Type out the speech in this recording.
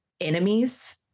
enemies